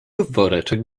woreczek